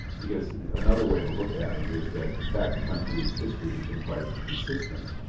because another way to look at it is that in fact the country's history has been quite consistent,